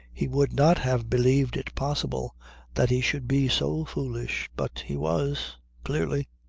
he would not have believed it possible that he should be so foolish. but he was clearly.